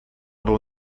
był